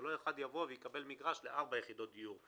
שלא אחד יבוא ויקבל מגרש לארבע יחידות דיור.